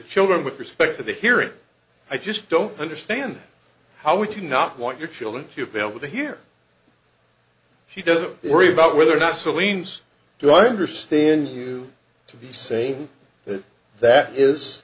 children with respect to the hearing i just don't understand how would you not want your children to be able to hear she doesn't worry about whether or not celine's do i understand you to be saying that that is